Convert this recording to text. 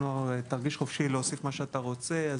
אנואר, תרגיש חופשי להוסיף מה שאתה רוצה.